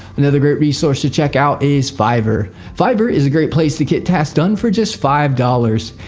another great resource to check out is fiverr. fiverr is a great place to get tasks done for just five dollars.